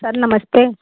sir नमस्ते किस्त